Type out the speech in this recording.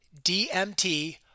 DMT